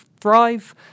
thrive